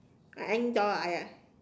I I door !aiya!